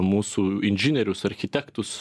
mūsų inžinierius architektus